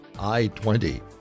I-20